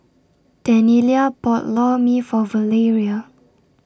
Daniella bought Lor Mee For Valeria